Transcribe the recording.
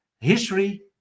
history